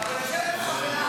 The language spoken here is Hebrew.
הצעת חוק שיקום נכי נפש בקהילה (תיקון מס' 2) (החלפת המונח נכה נפש),